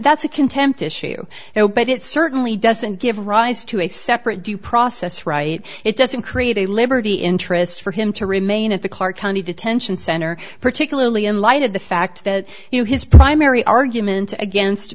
that's a contempt issue but it certainly doesn't give rise to a separate due process right it doesn't create a liberty interest for him to remain at the clark county detention center particularly in light of the fact that you know his primary argument against